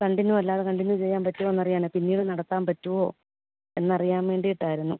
continue അല്ലാതെ continue ചെയ്യാന് പറ്റുമോയെന്ന് അറിയാനാണ് പിന്നീട് നടത്താന് പറ്റുമോ എന്നറിയാന് വേണ്ടിയിട്ടായിരുന്നു